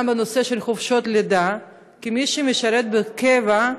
גם בנושא של חופשות לידה, כי מי שמשרת בקבע,